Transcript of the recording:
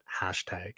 hashtag